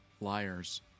liars